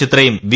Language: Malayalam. ചിത്രയും വി